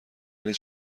ولی